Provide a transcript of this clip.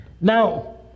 Now